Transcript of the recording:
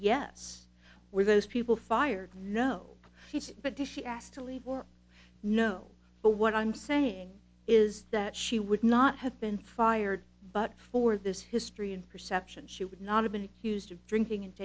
yes were those people fired no but if she asked to leave or no but what i'm saying is that she would not have been fired but for this history in perception she would not have been accused of drinking and